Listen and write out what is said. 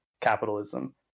capitalism